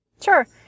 Sure